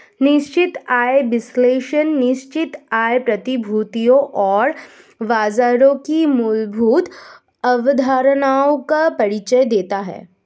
निश्चित आय विश्लेषण निश्चित आय प्रतिभूतियों और बाजारों की मूलभूत अवधारणाओं का परिचय देता है